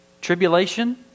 Tribulation